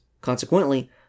Consequently